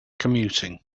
commuting